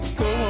go